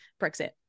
Brexit